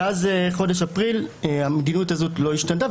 מאז חודש אפריל המדיניות הזאת לא השתנתה,